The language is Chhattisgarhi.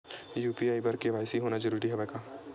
यू.पी.आई बर के.वाई.सी होना जरूरी हवय का?